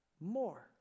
more